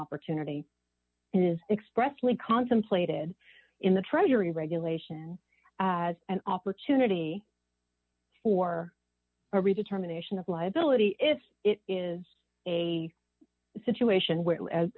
opportunity and is expressed we contemplated in the treasury regulation as an opportunity for a reason terminations of liability if it is a situation where as